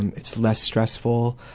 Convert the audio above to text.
and it's less stressful,